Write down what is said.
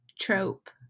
trope